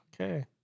Okay